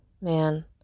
Man